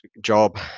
job